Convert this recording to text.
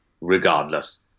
regardless